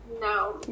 No